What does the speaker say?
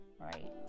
right